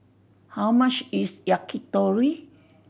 how much is Yakitori